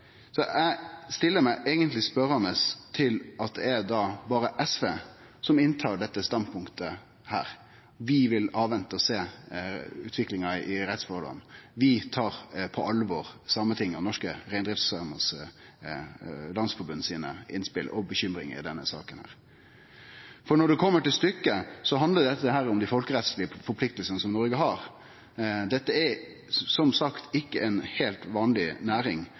utviklinga i rettsforholda. Vi tar på alvor Sametinget og Norske Reindriftssamers Landsforbunds innspel og bekymring i denne saka. Når det kjem til stykket, handlar dette om dei folkerettslege pliktene som Noreg har. Dette er, som sagt, ikkje ei heilt vanleg næring.